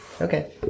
Okay